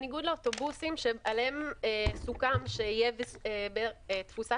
בניגוד לאוטובוסים שעליהם סוכם שיהיו בתפוסה